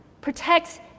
protects